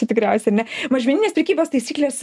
čia tikriausiai ar ne mažmeninės prekybos taisyklės